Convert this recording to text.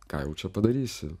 ką jau čia padarysi